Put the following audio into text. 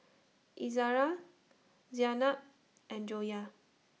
Izzara Zaynab and Joyah